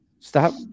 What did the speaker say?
Stop